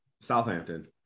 Southampton